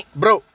bro